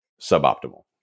suboptimal